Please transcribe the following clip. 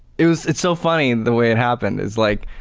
it's it's so funny the way it happened. it's like,